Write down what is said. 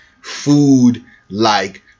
food-like